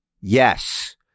Yes